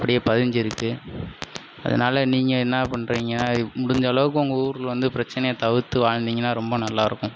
அப்படியே பதிஞ்சிருக்குது அதனால் நீங்கள் என்ன பண்றீங்க இது முடிஞ்ச அளவுக்கு உங்கள் ஊரில் வந்து பிரச்சனையை தவிர்த்து வாழ்ந்தீங்கன்னால் ரொம்ப நல்லாயிருக்கும்